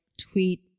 tweet